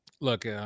look –